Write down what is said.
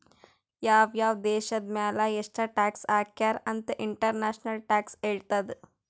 ಯಾವ್ ಯಾವ್ ದೇಶದ್ ಮ್ಯಾಲ ಎಷ್ಟ ಟ್ಯಾಕ್ಸ್ ಹಾಕ್ಯಾರ್ ಅಂತ್ ಇಂಟರ್ನ್ಯಾಷನಲ್ ಟ್ಯಾಕ್ಸ್ ಹೇಳ್ತದ್